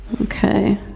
Okay